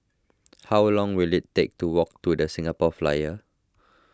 how long will it take to walk to the Singapore Flyer